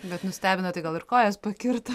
bet nustebino tai gal ir kojas pakirto